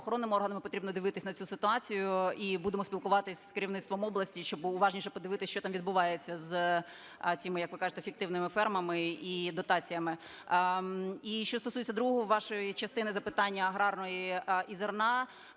правоохоронними органами потрібно дивитись на цю ситуацію, і будемо спілкуватись з керівництвом області, щоб уважніше подивитися, що там відбувається з цими, як ви кажете, фіктивними фермами і дотаціями. І що стосується другої частини вашого запитання аграрного і зерна.